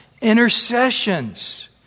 intercessions